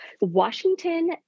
Washington